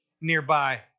nearby